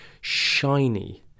shiny